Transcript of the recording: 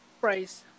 price